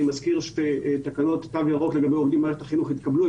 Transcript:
אני מזכיר שתי תקנות תו ירוק לגבי עובדים במערכת החינוך שהתקבלו.